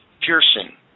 piercing